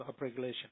upregulation